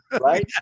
right